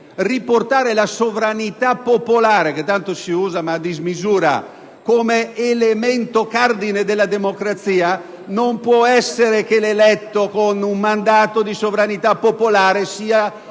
riportare la sovranità popolare - che tanto si usa, ma a dismisura - ad essere elemento cardine della democrazia, non può essere che l'eletto, con un mandato di sovranità popolare, sia